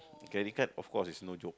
credit card of course is no joke